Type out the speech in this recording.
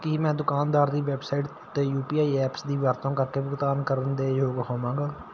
ਕੀ ਮੈਂ ਦੁਕਾਨਦਾਰ ਦੀ ਵੈੱਬਸਾਈਟ 'ਤੇ ਯੂ ਪੀ ਆਈ ਐਪਸ ਦੀ ਵਰਤੋਂ ਕਰਕੇ ਭੁਗਤਾਨ ਕਰਨ ਦੇ ਯੋਗ ਹੋਵਾਂਗਾ